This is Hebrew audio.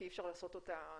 כי אי-אפשר לעשות אותה,